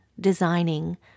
designing